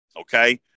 Okay